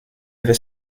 avait